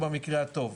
במקרה הטוב.